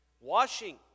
Washing